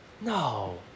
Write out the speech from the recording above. No